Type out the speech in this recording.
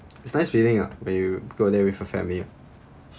it's nice feeling ah when you go there with a family